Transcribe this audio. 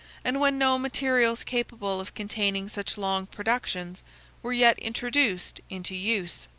and when no materials capable of containing such long productions were yet introduced into use.